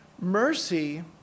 Mercy